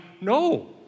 No